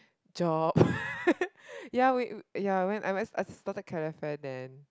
job ya we ya I went I went I started calefare then